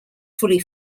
fully